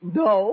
no